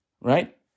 right